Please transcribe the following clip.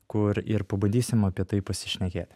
kur ir pabandysim apie tai pasišnekėti